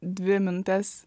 dvi minutes